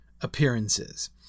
appearances